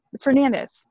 Fernandez